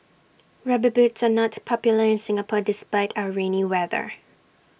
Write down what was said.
rubber boots are not popular in Singapore despite our rainy weather